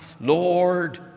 Lord